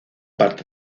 parte